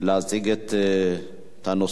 להציג את הנושא: